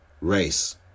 race